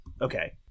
Okay